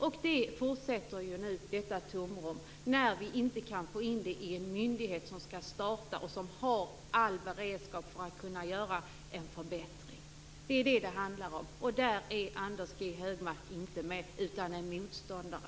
Och detta tomrum fortsätter nu, eftersom vi inte kan få in dessa brott under en myndighet som skall starta och som har all beredskap för att kunna göra en förbättring. Det är vad det handlar om. Där är Anders G Högmark inte med, utan han är en motståndare.